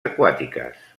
aquàtiques